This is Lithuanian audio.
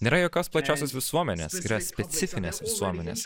nėra jokios plačiosios visuomenės yra specifinės visuomenės